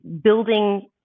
building